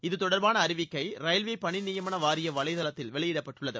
இது தொடர்பான அறிவிக்கை ரயில்வே பணிநியமன வாரிய வலைதளத்தில் வெளியிடப்பட்டுள்ளது